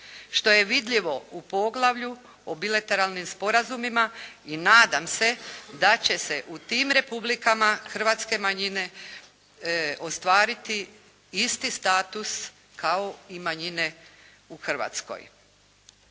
Što je vidljivo u poglavlju o bilateralnim sporazumima. I nadam se da će u tim republikama hrvatske manjine ostvariti isti status kao i manjine u Hrvatskoj.